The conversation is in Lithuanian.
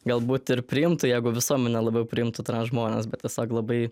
galbūt ir priimtų jeigu visuomenė labiau priimtų žmones bet tiesiog labai